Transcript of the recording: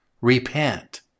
Repent